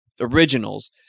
originals